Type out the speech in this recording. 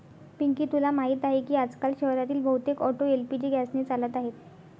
पिंकी तुला माहीत आहे की आजकाल शहरातील बहुतेक ऑटो एल.पी.जी गॅसने चालत आहेत